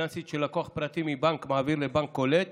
הפיננסית של לקוח פרטי מבנק מעביר לבנק קולט